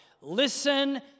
Listen